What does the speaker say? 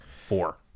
four